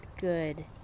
good